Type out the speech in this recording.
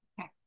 Okay